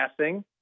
passing